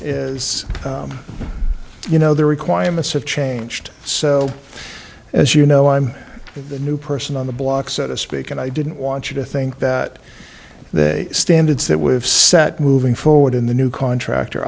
is you know the requirements have changed so as you know i'm the new person on the block so to speak and i didn't want you to think that the standards that we've set moving forward in the new contract